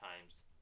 times